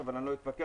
אבל אני לא אתווכח.